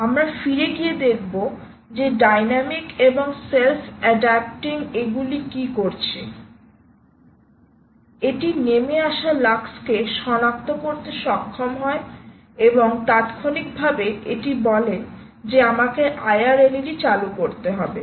আমরা ফিরে গিয়ে দেখবো যে ডাইনামিক এবং সেলফ এডাপটিং এগুলো কি করছে এটি নেমে আসা লাক্সকে সনাক্ত করতে সক্ষম হয় এবং তাত্ক্ষণিকভাবে এটি বলে যে আমাকে IR LED চালু করতে হবে